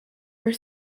were